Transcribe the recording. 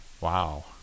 Wow